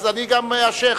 אז אני גם השיח'.